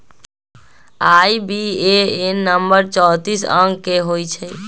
IBAN number चौतीस अंक के होइ छइ